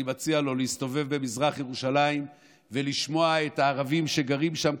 אני מציע לו להסתובב במזרח ירושלים ולשמוע את הערבים שגרים שם,